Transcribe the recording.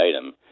item